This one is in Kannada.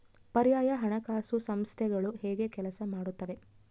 ಪರ್ಯಾಯ ಹಣಕಾಸು ಸಂಸ್ಥೆಗಳು ಹೇಗೆ ಕೆಲಸ ಮಾಡುತ್ತವೆ?